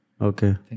Okay